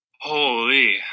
Holy